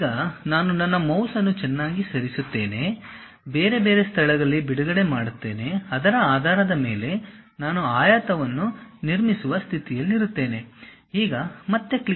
ಈಗ ನಾನು ನನ್ನ ಮೌಸ್ ಅನ್ನು ಚೆನ್ನಾಗಿ ಸರಿಸುತ್ತೇನೆ ಬೇರೆ ಬೇರೆ ಸ್ಥಳಗಳಲ್ಲಿ ಬಿಡುಗಡೆ ಮಾಡುತ್ತೇನೆ ಅದರ ಆಧಾರದ ಮೇಲೆ ನಾನು ಆಯತವನ್ನು ನಿರ್ಮಿಸುವ ಸ್ಥಿತಿಯಲ್ಲಿರುತ್ತೇನೆ ಈಗ ಮತ್ತೆ ಕ್ಲಿಕ್ ಮಾಡಿ